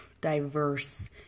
diverse